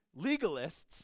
legalists